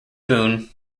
boon